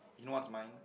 you know what is mine